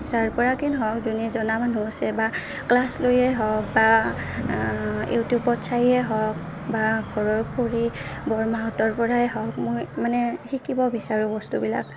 যাৰ পৰা কেই হওক যোনে জনা মানুহ আছে বা ক্লাছ লৈয়ে হওক বা ইউটিউবত চায়েই হওক বা ঘৰৰ খুৰী বৰমাহঁতৰ পৰাই হওক মই মানে শিকিব বিচাৰোঁ বস্তুবিলাক